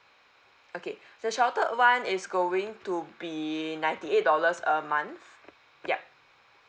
okay the sheltered one is going to be ninety eight dollars a month yup